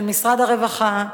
של משרד הרווחה,